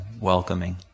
welcoming